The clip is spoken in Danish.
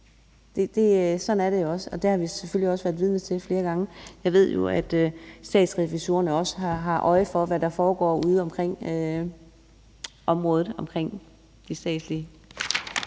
Sådan noget sker, og det har vi selvfølgelig også været vidne til flere gange. Jeg ved jo, at Statsrevisorerne også har øje for, hvad der foregår udeomkring området omkring de statslige